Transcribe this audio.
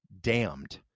damned